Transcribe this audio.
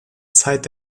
zeit